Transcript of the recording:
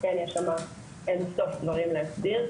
כן יש שם אינסוף דברים להסדיר,